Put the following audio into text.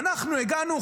אנחנו הגענו,